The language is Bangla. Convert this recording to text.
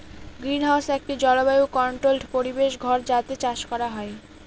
গ্রিনহাউস একটি জলবায়ু কন্ট্রোল্ড পরিবেশ ঘর যাতে চাষ করা হয়